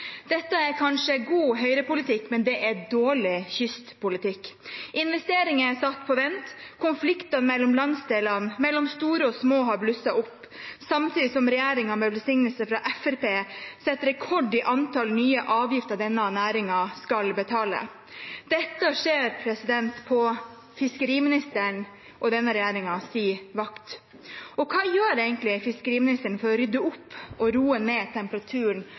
Dette er kanskje god Høyre-politikk, men det er dårlig kystpolitikk. Investeringer er satt på vent. Konflikter mellom landsdelene, mellom store og små, har blusset opp, samtidig som regjeringen med velsignelse fra Fremskrittspartiet setter rekord i antall nye avgifter denne næringen skal betale. Dette skjer på fiskeriministeren og denne regjeringens vakt. Hva gjør egentlig fiskeriministeren for å rydde opp og roe ned temperaturen